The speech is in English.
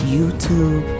YouTube